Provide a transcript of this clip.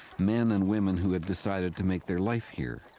men and women who had decided to make their life here.